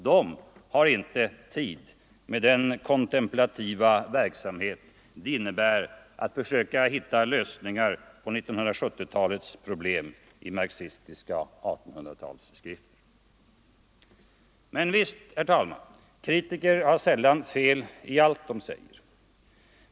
De har inte tid med den kontemplativa verksamhet som det innebär att försöka hitta lösningen på 1970-talets sociala problem i marxistiska 1800-talsskrifter. Kritiker har sällan fel i allt som de säger.